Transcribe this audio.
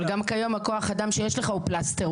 גם כיום הכוח אדם שיש לך הוא פלסטר,